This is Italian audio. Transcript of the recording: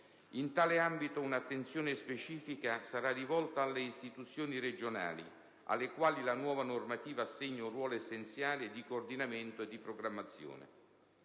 In tale ambito, un'attenzione specifica sarà rivolta alle istituzioni regionali, alle quali la nuova normativa assegna un ruolo essenziale di coordinamento e di programmazione.